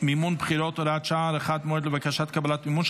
(מימון בחירות) (הוראת שעה) (הארכת מועד לבקשת קבלת מימון),